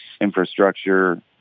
infrastructure